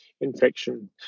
infection